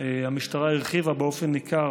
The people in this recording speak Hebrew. המשטרה הרחיבה באופן ניכר